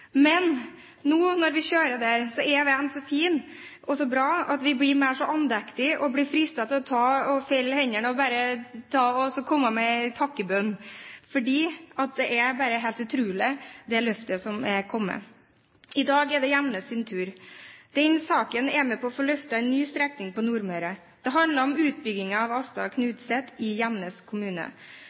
Men når vi nå kjører der, er veien så fin og så bra at vi blir andektige. Vi blir fristet til å folde hendene og bare komme med en takkebønn, fordi det løftet som har kommet, bare er helt utrolig. I dag er det Gjemnes' tur. Denne saken er med på å få løftet en ny strekning på Nordmøre. Det handler om utbyggingen av Astad–Knutset i Gjemnes kommune.